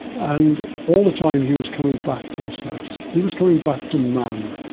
and all the time he was coming back to this house, he was coming back to mam.